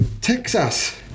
Texas